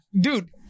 dude